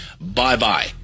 bye-bye